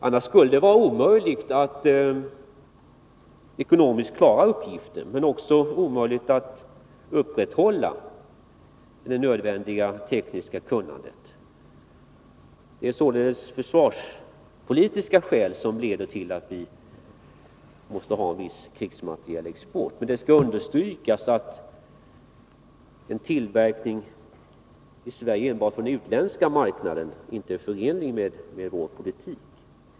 Annars skulle det vara omöjligt att ekonomiskt klara uppgiften men också omöjligt att upprätthålla det nödvändiga tekniska kunnandet. Det är således försvarspolitiska skäl som leder till att vi måste ha en viss krigsmaterielexport. Men det skall understrykas att en tillverkning i Sverige enbart för den utländska marknaden inte är förenlig med vår politik.